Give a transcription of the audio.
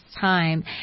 time